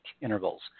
intervals